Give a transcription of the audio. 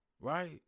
right